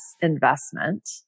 investment